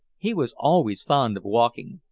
he was always fond of walking.